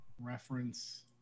reference